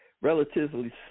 relatively